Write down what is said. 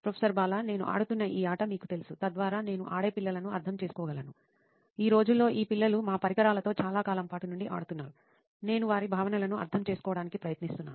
professor Bala నేను ఆడుతున్న ఈ ఆట మీకు తెలుసు తద్వారా నేను ఆడే పిల్లలను అర్ధం చేసుకోగలను ఈ రోజుల్లో ఈ పిల్లలు మా పరికరాలతో చాలా కాలం పాటు నుండి ఆడుతున్నారు నేను వారి భావనలను అర్ధం చేసుకోవటానికి ప్రయత్నిస్తున్నాను